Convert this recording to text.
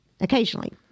occasionally